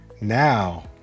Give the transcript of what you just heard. Now